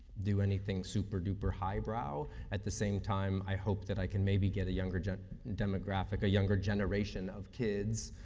do anything super-duper highbrow. at the same time, i hope that i can maybe getting younger younger demographic, a younger generation of kids,